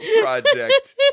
project